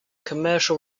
commercial